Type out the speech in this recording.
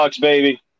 baby